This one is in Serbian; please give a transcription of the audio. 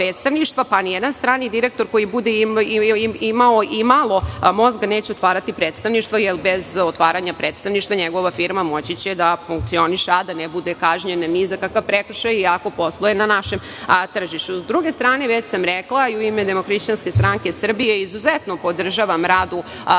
nijedan strani direktor koji bude imao imalo mozga neće otvarati predstavništvo, jer bez otvaranja predstavništva će njegova firma moći da funkcioniše a da ne bude kažnjena ni za kakav prekršaj, iako posluje na našem tržištu.S druge strane, već sam rekla u ime DHSS da izuzetno podržavam rad u